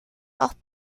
auch